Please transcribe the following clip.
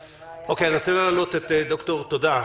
תודה.